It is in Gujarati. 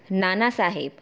નાના સાહેબ